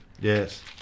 Yes